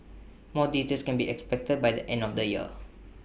more details can be expected by the end of the year